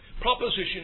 Proposition